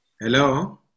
hello